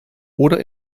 oder